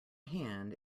hand